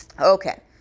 Okay